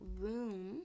room